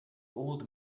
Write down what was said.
old